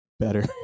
better